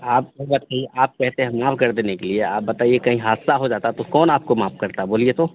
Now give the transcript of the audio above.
आप अगर यह आप कहते हैं माफ़ कर देने के लिए आप बताइए कहीं हादसा हो जाता तो कौन आपको माफ़ करता बोलिए तो